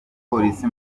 polisi